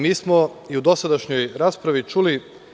Mi smo i u dosadašnjoj raspravi čuli…